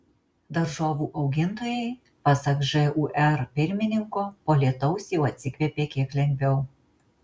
daržovių augintojai pasak žūr pirmininko po lietaus jau atsikvėpė kiek lengviau